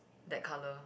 that colour